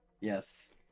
Yes